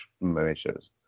measures